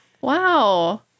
Wow